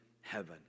heaven